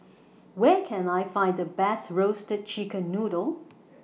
Where Can I Find The Best Roasted Chicken Noodle